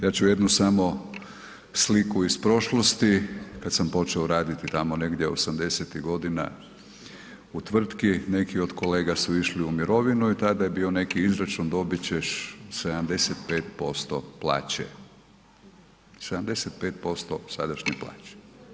Ja ću jednu samo sliku iz prošlosti kada sam počeo raditi tamo negdje osamdesetih godina u tvrtki neki od kolega su išli u mirovinu i tada je bio neki izračun dobit ćeš 75% plaće, 75% sadašnje plaće.